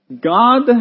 God